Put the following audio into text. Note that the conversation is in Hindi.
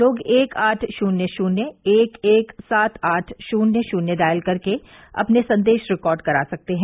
लोग एक आठ शून्य शून्य एक एक सात आठ शुन्य शुन्य डायल कर अपने संदेश रिकॉर्ड करा सकते हैं